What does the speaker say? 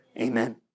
Amen